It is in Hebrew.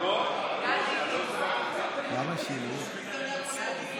גינזבורג (כחול לבן): בגלל שהיו שינויים,